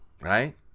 right